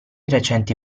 recenti